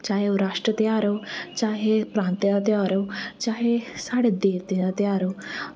चाहे ओह् राश्ट्री ध्यार होऐ चाहे ओह् प्रांतीय ध्यार होऐ चाहे साढ़े देवतें दा ध्यार होऐ